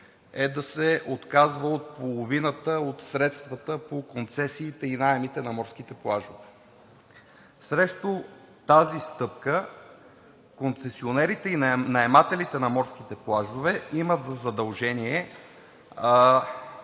е да се отказва от половината от средствата по концесиите и наемите на морските плажове. Срещу тази стъпка концесионерите и наемателите на морските плажове имат задължение